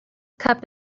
cup